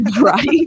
Right